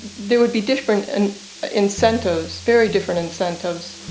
there would be different and incentives, very different incentives.